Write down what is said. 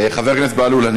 חבר הכנסת בהלול, אני